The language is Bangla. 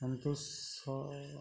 সন্তোষ সাউ